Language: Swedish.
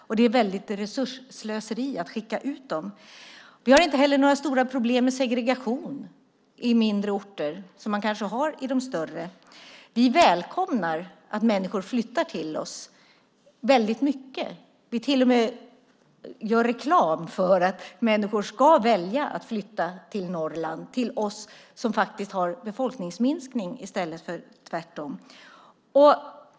Att då skicka ut dem är ett stort resursslöseri. Vi har inte heller några stora problem med segregation på mindre orter, vilket man kanske har på de större orterna. Vi välkomnar att människor flyttar till de norra länen. Vi gör till och med reklam för att de ska välja att flytta dit, där vi ju har en befolkningsminskning i stället för tvärtom.